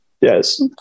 Yes